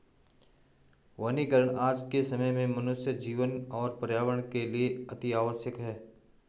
वनीकरण आज के समय में मनुष्य जीवन और पर्यावरण के लिए अतिआवश्यक है